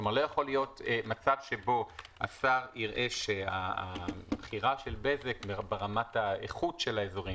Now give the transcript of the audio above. כלומר לא יכול להיות שהשר יראה שהבחירה של בזק ברמת האיכות של האזורים